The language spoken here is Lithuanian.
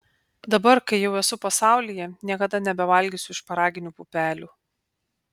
dabar kai jau esu pasaulyje niekada nebevalgysiu šparaginių pupelių